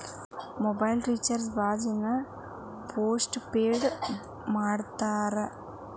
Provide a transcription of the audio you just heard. mobile recharge ಭಾಳ್ ಜನ postpaid ಮಾಡಸ್ತಾರ